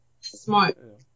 Smart